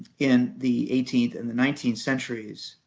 in the eighteenth and the nineteenth centuries.